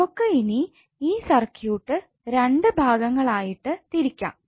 നമുക്ക് ഇനി ഈ സർക്യൂട്ട് 2 ഭാഗങ്ങൾ ആയിട്ട് തിരിക്കാം